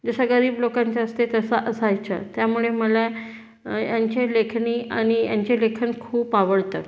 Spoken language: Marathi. जसं गरीब लोकांचा असते तसा असायचा त्यामुळे मला यांचे लेखणी आणि यांचे लेखन खूप आवडतं